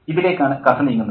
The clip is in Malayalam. ഇതിലേക്കാണ് കഥ നീങ്ങുന്നത്